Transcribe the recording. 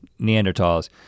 Neanderthals